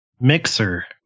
Mixer